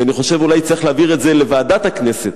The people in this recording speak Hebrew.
ואני חושב שאולי צריך להעביר את זה לוועדת הכנסת.